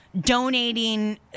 donating